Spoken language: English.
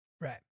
Right